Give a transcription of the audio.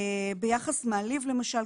ביחס מעליב למשל,